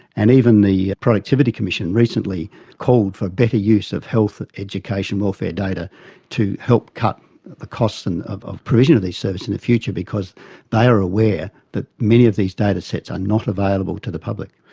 and even the productivity commission recently called for better use of health education welfare data to help cut the costs and of of provision of these services in the future because they are aware that many of these datasets are not available to the public.